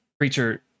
creature